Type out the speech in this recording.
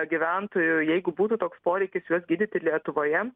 gyventojų jeigu būtų toks poreikis juos gydyti lietuvoje